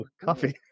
Coffee